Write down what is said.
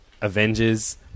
Avengers